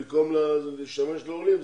במקום לשמש לעולים,